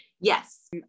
Yes